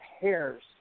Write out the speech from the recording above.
hairs